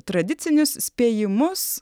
tradicinius spėjimus